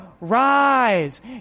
rise